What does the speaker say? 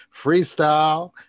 freestyle